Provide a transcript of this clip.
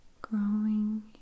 growing